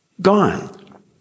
Gone